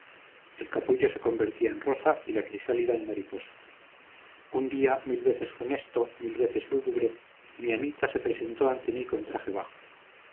el capullo se convertía en rosa y la crisálida en un día mil veces funesto mil veces lúgubre mi amita se presentó ante mí con traje bajo